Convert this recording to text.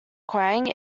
qing